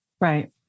Right